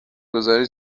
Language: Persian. گذاری